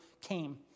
came